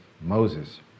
Moses